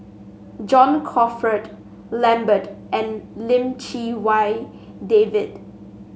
John Crawfurd Lambert and Lim Chee Wai David